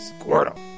Squirtle